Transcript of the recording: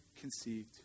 conceived